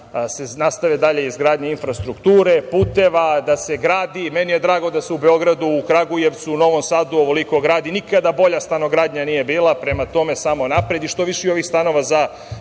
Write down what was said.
se nastavi dalje izgradnja infrastrukture, puteva, da se gradi. Meni je drago da se u Beogradu, Kragujevcu, Novom Sadu, ovoliko gradi. Nikada bolja stanogradnja nije bila. Prema tome, samo napred. I što više i ovih stanova za